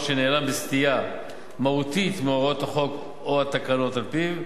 או שניהלם בסטייה מהותית מהוראות החוק או התקנות על-פיו,